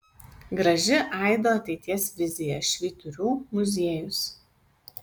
graži aido ateities vizija švyturių muziejus